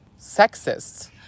sexist